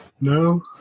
No